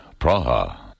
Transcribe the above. Praha